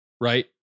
Right